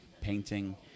painting